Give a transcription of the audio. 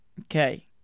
Okay